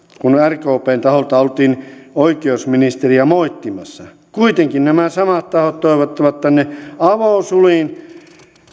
kun rkpn taholta oltiin oikeusministeriä moittimassa kuitenkin nämä samat tahot toivottavat tänne avosylin